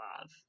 love